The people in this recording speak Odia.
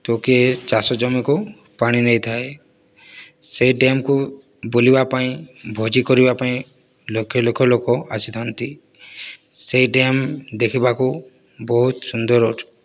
ତ କିଏ ଚାଷ ଜମିକୁ ପାଣି ନେଇଥାଏ ସେହି ଡ୍ୟାମ୍କୁ ବୁଲିବା ପାଇଁ ଭୋଜି କରିବା ପାଇଁ ଲକ୍ଷ ଲକ୍ଷ ଲୋକ ଆସିଥାନ୍ତି ସେହି ଡ୍ୟାମ୍ ଦେଖିବାକୁ ବହୁତ ସୁନ୍ଦର